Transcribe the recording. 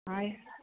हय